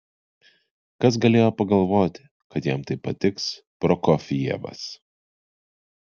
kas galėjo pagalvoti kad jam taip patiks prokofjevas